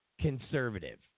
conservative